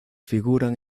figuran